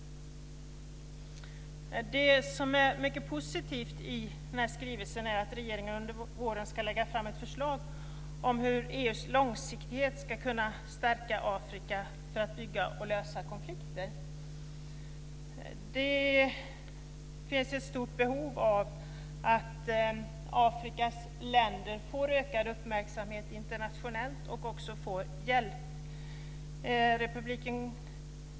Det som är mycket positivt i den här skrivelsen är att regeringen under våren ska lägga fram ett förslag om hur EU långsiktigt ska kunna stärka Afrika för att bygga upp och för att lösa konflikter. Det finns ett stort behov av att Afrikas länder får ökad uppmärksamhet internationellt och också får hjälp.